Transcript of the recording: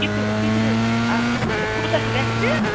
کِکروٗ کِکروٗ اَچھا اَچھا کوٗتاہ گَژھِ